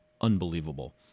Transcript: unbelievable